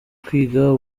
kwiga